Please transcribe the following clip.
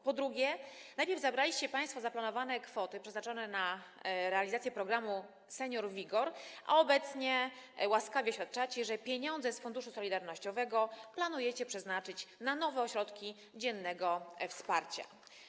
Po drugie, najpierw zabraliście państwo zaplanowane kwoty przeznaczone na realizację programu „Senior-WIGOR”, a obecnie łaskawie oświadczacie, że pieniądze z funduszu solidarnościowego planujecie przeznaczyć na nowe ośrodki dziennego wsparcia.